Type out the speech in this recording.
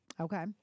okay